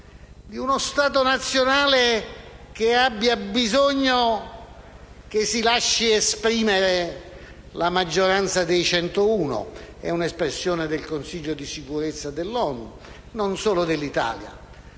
di uno Stato nazionale che ha bisogno di lasciar esprimere la maggioranza dei 101 deputati. Questa è un'espressione del Consiglio di sicurezza dell'ONU e non solo dell'Italia,